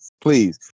Please